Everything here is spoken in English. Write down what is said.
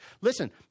Listen